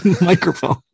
microphone